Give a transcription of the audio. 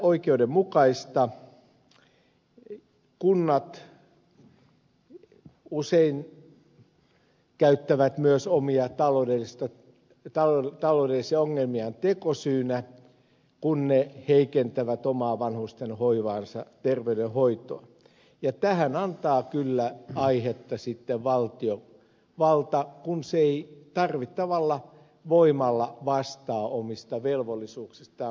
kunnat usein käyttävät myös omia taloudellisia ongelmiaan tekosyynä kun ne heikentävät omaa vanhustenhoivaansa ja terveydenhoitoaan ja tähän antaa kyllä aihetta valtiovalta kun se ei tarvittavalla voimalla vastaa omista velvollisuuksistaan